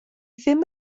ddim